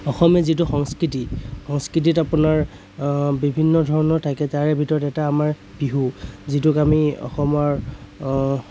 অসমীয়া যিটো সংস্কৃতি সংস্কৃতিত আপোনাৰ বিভিন্ন ধৰণৰ থাকে তাৰে ভিতৰত এটা আমাৰ বিহু যিটোক আমি অসমৰ